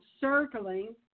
circling